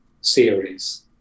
series